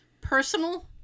personal